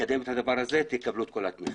לקדם את הדבר הזה, תקבלו את כל התמיכה.